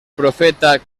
profeta